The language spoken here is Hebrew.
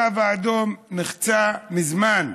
הקו האדום נחצה מזמן.